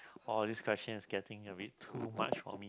all this question is getting a bit too much for me